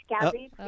Gabby